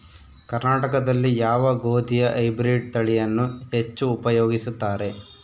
ಕರ್ನಾಟಕದಲ್ಲಿ ಯಾವ ಗೋಧಿಯ ಹೈಬ್ರಿಡ್ ತಳಿಯನ್ನು ಹೆಚ್ಚು ಉಪಯೋಗಿಸುತ್ತಾರೆ?